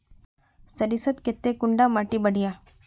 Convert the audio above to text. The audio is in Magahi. सरीसर केते कुंडा माटी बढ़िया?